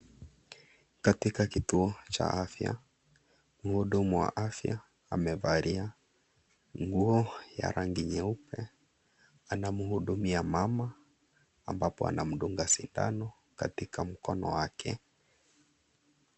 Katika kituo cha afya. Mhudumu wa afya, amevalia nguo ya rangi nyeupe. Anamhudumia mama, ambapo anamdunga sindano katika mkono wake .